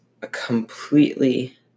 completely